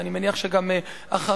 ואני מניח שגם אחרי,